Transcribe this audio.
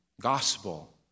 gospel